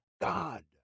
God